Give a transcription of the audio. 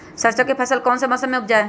सरसों की फसल कौन से मौसम में उपजाए?